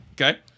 okay